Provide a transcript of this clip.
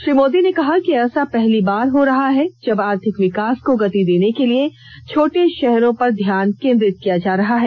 श्री मोदी ने कहा कि ऐसा पहली बार हो रहा है जब आर्थिक विकास को गति देने के लिए छोटे शहरों पर ध्यान केन्द्रित किया जा रहा है